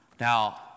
Now